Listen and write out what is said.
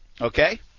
okay